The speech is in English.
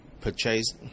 purchased